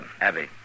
Abby